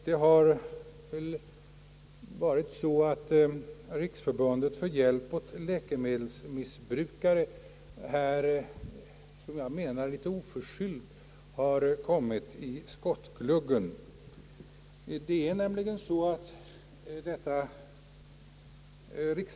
Det har väl blivit så att Riksförbundet för hjälp åt läkemedelsmissbrukare oförskyllt kommit i skottgluggen.